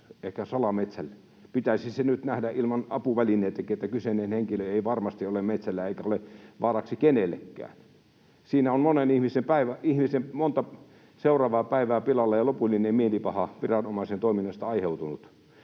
ehkä salametsällä. Pitäisi se nyt nähdä ilman apuvälineitäkin, että kyseinen henkilö ei varmasti ole metsällä eikä ole vaaraksi kenellekään. Siinä on ihmisen monta seuraavaa päivää pilalla ja lopullinen mielipaha viranomaisen toiminnasta aiheutunut.